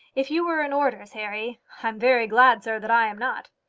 if you were in orders, harry i'm very glad, sir, that i am not.